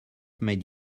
made